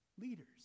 leaders